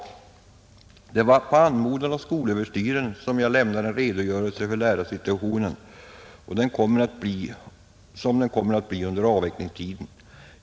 Det var på anmodan av skolöverstyrelsen som jag lämnade en redogörelse över lärarsituationen, som den kommer att bli under avvecklingstiden.